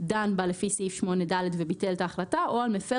דן בה לפי סעיף 8(ד) וביטל את ההחלטה או על מפר